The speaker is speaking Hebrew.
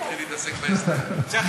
צחי,